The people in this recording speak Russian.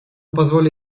позволю